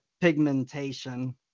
pigmentation